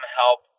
help